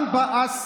גם באסי.